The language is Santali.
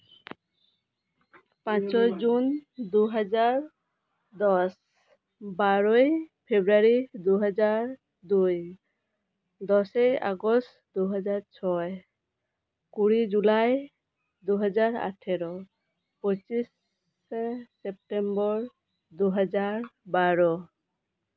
ᱯᱟᱸᱪᱚᱹᱭ ᱡᱩᱱ ᱫᱩ ᱦᱟᱡᱟᱨ ᱫᱚᱥ ᱵᱟᱨᱚᱭ ᱯᱷᱮᱵᱽᱨᱩᱣᱟᱨᱤ ᱫᱩ ᱦᱟᱡᱟᱨ ᱫᱩᱭ ᱫᱚᱥᱮᱭ ᱟᱜᱚᱥᱴ ᱫᱩ ᱦᱟᱡᱟᱨ ᱪᱷᱚᱭ ᱠᱩᱲᱤ ᱡᱩᱞᱟᱭ ᱫᱩ ᱦᱟᱡᱟᱨ ᱟᱴᱷᱮᱨᱚ ᱯᱚᱸᱪᱤᱥᱮ ᱥᱮᱯᱴᱮᱢᱵᱚᱨ ᱫᱩ ᱦᱟᱡᱟᱨ ᱵᱟᱨᱚ